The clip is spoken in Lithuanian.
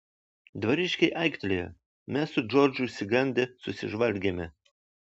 dvariškiai aiktelėjo mes su džordžu išsigandę susižvalgėme